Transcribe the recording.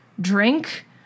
drink